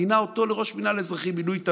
מינה אותו לראש המינהל האזרחי, מינוי תמים.